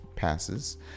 Passes